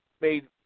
made